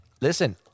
listen